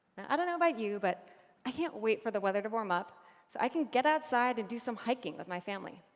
i can't i don't know about you, but i can't wait for the weather to warm up so i can get outside and do some hiking with my family.